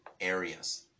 areas